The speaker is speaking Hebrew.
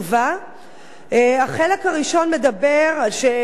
החלק הראשון אומר שנעשתה בחינה מעמיקה,